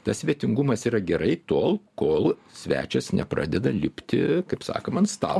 tas svetingumas yra gerai tol kol svečias nepradeda lipti kaip sakoma ant stalo